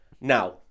Now